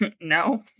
No